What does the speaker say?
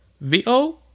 VO